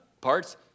parts